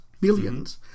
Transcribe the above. Billions